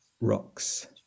rocks